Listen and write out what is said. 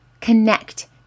connect